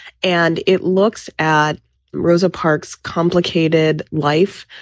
and it looks at rosa parks complicated life,